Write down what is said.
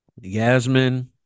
Yasmin